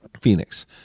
Phoenix